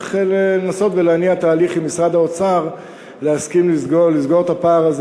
וצריך לנסות ולהניע תהליך עם משרד האוצר להשכיל לסגור את הפער הזה